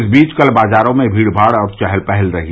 इस बीच कल बाजारो में भीड़ भाड़ और चहल पहल रही